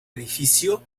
edificio